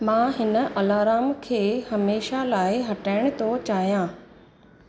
मां हिन अलाराम खे हमेशह लाइ हटाइण थो चाहियां